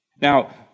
Now